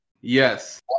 Yes